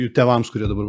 jų tėvams kurie dabar